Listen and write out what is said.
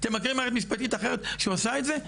אתם מכירים מערכת משפטית אחרת שעושה את זה?